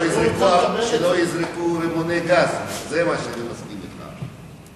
שלא יזרקו רימוני גז, זה מה שאני מסכים אתך.